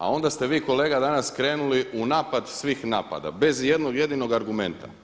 A onda ste vi danas kolega krenuli u napad svih napada, bez ijednog jedinog argumenta.